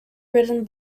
written